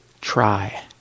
Try